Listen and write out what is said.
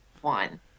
one